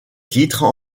titres